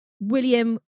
William